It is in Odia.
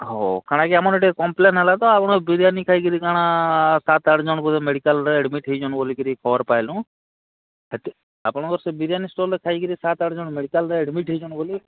ହଉ କାଣାକି ଆମର ଏଇ କମ୍ପ୍ଲେନ୍ ହେଲା ତ ଆପଣ ବିରିୟାନୀ ଖାଇକିରି କାଣା ସାତ ଆଠ ଜଣ ମେଡ଼ିକାଲରେ ଆଡ଼ମିଟ୍ ହେଇଛନ୍ତି ବୋଲିକରି ଖବର ପାଇଁଲୁ ଆପଣଙ୍କର ସେ ବିରିୟାନୀ ଷ୍ଟଲ୍ରେ ଖାଇକରି ସାତ ଆଠ ଜଣ ମେଡ଼ିକାଲରେ ଆଡ଼ମିଟ୍ ହେଇଛୁ ବୋଲି